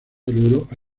europa